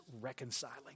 reconciling